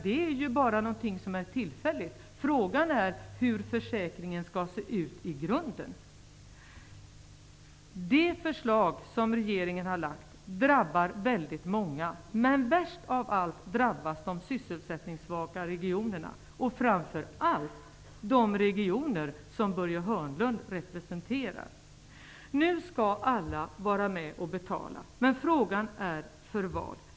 Det är ju något som bara är tillfälligt. Frågan är hur försäkringen skall se ut i grunden. Det förslag som regeringen har lagt fram drabbar väldigt många, men värst drabbas människor i de sysselsättningssvaga regionerna, framför allt i de regioner som Börje Hörnlund representerar. Nu skall alla vara med och betala, men frågan är för vad.